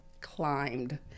climbed